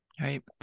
Right